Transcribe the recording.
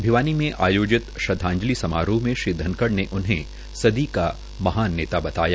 भिवानी में आयोजित श्रदवाजंलि समारोह मे श्री धनखड़ ने उन्हें सदी का महान नेता बताया